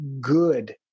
good